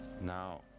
Now